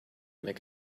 make